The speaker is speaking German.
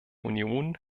union